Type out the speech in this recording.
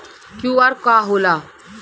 QR का होला?